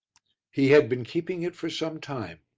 he had been keeping it for some time.